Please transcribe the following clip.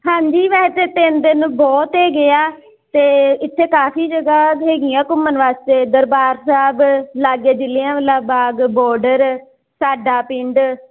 ਹਾਂਜੀ ਵੈਸੇ ਤਿੰਨ ਦਿਨ ਬਹੁਤ ਹੈਗੇ ਆ ਅਤੇ ਇੱਥੇ ਕਾਫੀ ਜਗ੍ਹਾ ਹੈਗੀਆਂ ਘੁੰਮਣ ਵਾਸਤੇ ਦਰਬਾਰ ਸਾਹਿਬ ਲਾਗੇ ਜਲ੍ਹਿਆਂ ਵਾਲਾ ਬਾਗ ਬੋਡਰ ਸਾਡਾ ਪਿੰਡ